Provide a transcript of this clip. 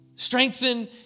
Strengthen